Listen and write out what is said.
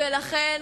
ולכן